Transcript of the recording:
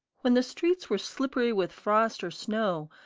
when the streets were slippery with frost or snow,